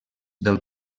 del